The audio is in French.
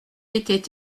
était